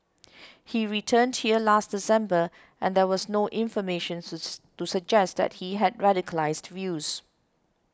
he returned here last December and there was no information to suggest that he had radicalised views